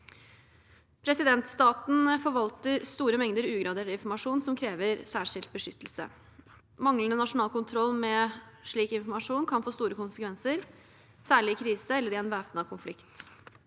generelt. Staten forvalter store mengder ugradert informasjon som krever særskilt beskyttelse. Manglende nasjonal kontroll med slik informasjon kan få store konsekvenser, særlig i krise eller væpnet konflikt.